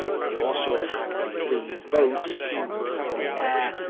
they also attacked the fleeing boats from both the air,